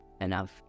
enough